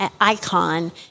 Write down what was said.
icon